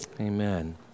Amen